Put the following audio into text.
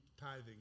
tithing